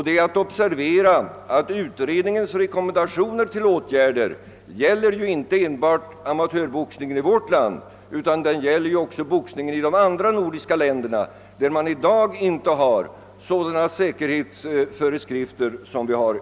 Det är att observera att utredningens rekommendationer till åtgärder gäller inte enbart amatörboxningen i vårt land utan även boxningen i de andra nordiska länderna, där man i dag inte har sådana säkerhetsföreskrifter som vi har.